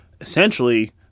essentially